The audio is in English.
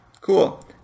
Cool